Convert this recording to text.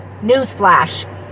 newsflash